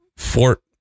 Fort